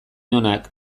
onak